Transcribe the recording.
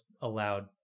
allowed